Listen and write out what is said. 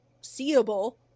seeable